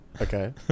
Okay